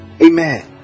Amen